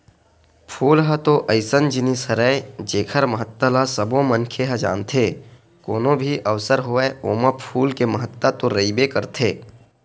फूल ह तो अइसन जिनिस हरय जेखर महत्ता ल सबो मनखे ह जानथे, कोनो भी अवसर होवय ओमा फूल के महत्ता तो रहिबे करथे